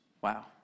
Wow